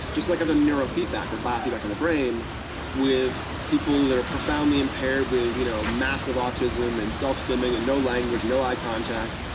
just like with neurofeedback or biofeedback on the brain with people that are profoundly impaired, with you know massive autism, and self-stimming, and no language, no eye contact.